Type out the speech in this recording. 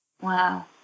Wow